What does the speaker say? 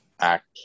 act